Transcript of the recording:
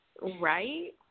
Right